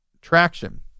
traction